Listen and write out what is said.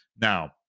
Now